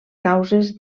causes